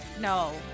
No